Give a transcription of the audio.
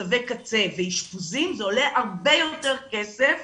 מצבי קצה ואשפוזים, זה עולה הרבה יותר כסף